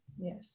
yes